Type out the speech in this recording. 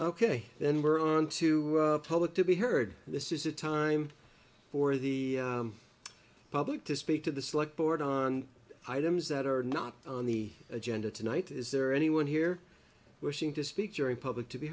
ok then we're on to public to be heard and this is a time for the public to speak to the select board on items that are not on the agenda tonight is there anyone here wishing to speak your republic to be